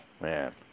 Man